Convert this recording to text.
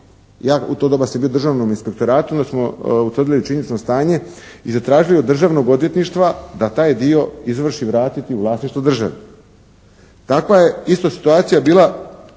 ja u to doma sam bio u Državnom inspektoratu onda smo utvrdili činjenično stanje i zatražili od Državnog odvjetništva da taj dio izvrši vratiti u vlasništvo države. Takva je isto situacija bila